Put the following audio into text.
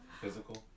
physical